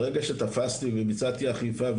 ברגע שתפסתי וביצעתי אכיפה,